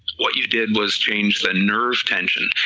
what you did was change the nerve tension,